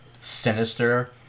sinister